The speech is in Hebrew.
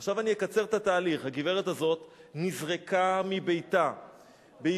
עכשיו אני אקצר את התהליך: הגברת הזאת נזרקה מביתה בעקבות